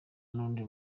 n’undi